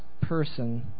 person